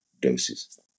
doses